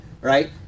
right